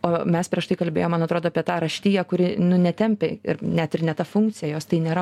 o mes prieš tai kalbėjom man atrodo apie tą raštiją kuri nu netempia ir net ir ne ta funkcija jos tai nėra